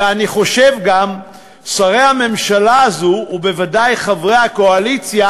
ואני חושב שגם שרי הממשלה הזו ובוודאי חברי הקואליציה